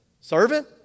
Servant